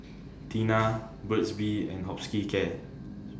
Tena Burt's Bee and Hospicare